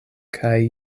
kaj